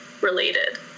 related